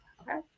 Okay